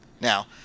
Now